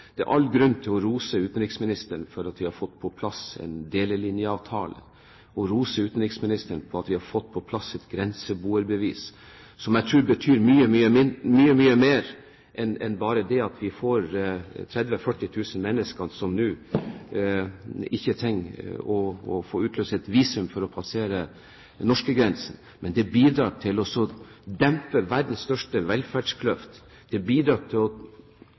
vi har fått på plass en delelinjeavtale, og for at vi har fått på plass et grenseboerbevis, som jeg tror betyr mye, mye mer enn bare det at 30 000–40 000 mennesker nå ikke trenger å få utløst et visum for å passere norskegrensen. Det bidrar til å dempe verdens største velferdskløft, det bidrar til å knytte Russland nærmere Norge, nærmere Europa. Jeg tror det bidrar til å